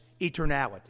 eternality